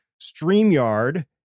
StreamYard